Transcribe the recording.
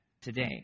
today